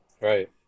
right